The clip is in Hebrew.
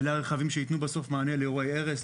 אלה הרכבים שיתנו בסוף מענה לאירועי הרס,